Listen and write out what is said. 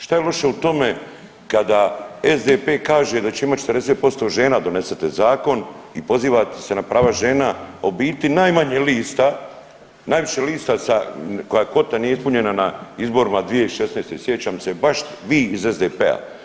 Šta je loše u tome kada SDP kaže da će imati 40% žena, donesete zakon i pozivate se na prava žena, a u biti najmanje lista, najviše lista sa koja kvota nije ispunjena na izborima 2016., sjećam se baš vi iz SDP-a.